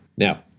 Now